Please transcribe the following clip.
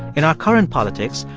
in our current politics,